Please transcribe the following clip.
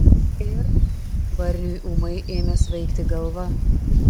ir barniui ūmai ėmė svaigti galva